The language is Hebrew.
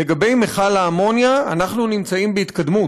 לגבי מכל האמוניה, אנחנו נמצאים בהתקדמות,